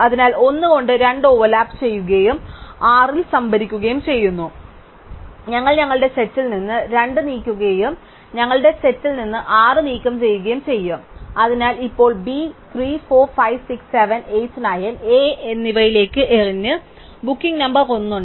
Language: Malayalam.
അതിനാൽ 1 കൊണ്ട് 2 ഓവർലാപ്പുചെയ്യുകയും 6 ൽ സംഭരിക്കുകയും ചെയ്യുന്നു അതിനാൽ ഞങ്ങൾ ഞങ്ങളുടെ സെറ്റിൽ നിന്ന് 2 നീക്കുകയും ഞങ്ങളുടെ സെറ്റിൽ നിന്ന് 6 നീക്കം ചെയ്യുകയും ചെയ്യും അതിനാൽ ഇപ്പോൾ B 3 4 5 6 7 8 9 A എന്നിവയിലേക്ക് എറിഞ്ഞു ബുക്കിംഗ് നമ്പർ 1 ഉണ്ട്